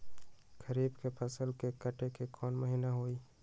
खरीफ के फसल के कटे के कोंन महिना हई?